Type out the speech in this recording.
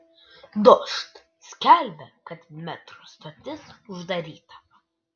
dožd skelbia kad metro stotis uždaryta